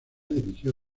dirigió